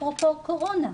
אפרופו קורונה,